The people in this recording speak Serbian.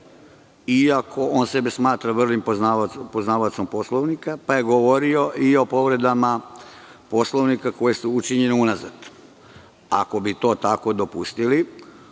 iako on sebe smatra vrlim poznavaocem Poslovnika, pa je govorio i o povredama Poslovnika koje su učinjene unazad. Ako bi to tako dopustili,